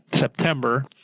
September